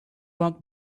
want